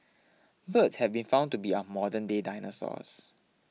birds have been found to be our modernday dinosaurs